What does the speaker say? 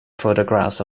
photographs